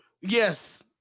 Yes